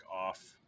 off